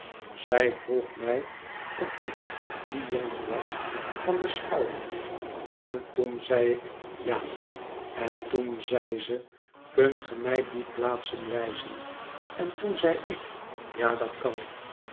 zij vroeg mij of ik die jongen was van de schouwing en toen zei ik ja en toen zei ze kunt ge mij die plaatsen wijzen en toen zei ik ja dat kan ik